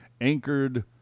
Anchored